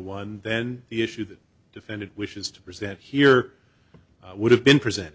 one then the issue that defendant wishes to present here would have been presented